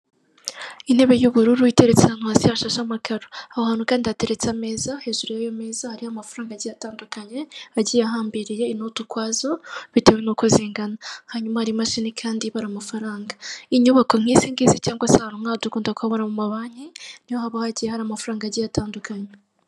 Intebe y'ubururu iteretse ahantu hasi yashashe amakaro, aho hantu kandi hateretse ameza, hejuru y'iyo meza hariho amafaranga agiye atandukanye agiye ahambiriye inoti ukwazo bitewe n'uko zingana, hanyuma hari imashini kandi ibara amafaranga, inyubako nk'izingizi cyangwa se ahantu n'aha dukunda kuhabona mu ma banki, niho haba hagiye hari amafaranga agiye atandukanye.